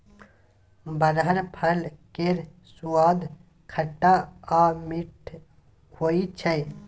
बरहर फल केर सुआद खट्टा आ मीठ होइ छै